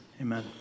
Amen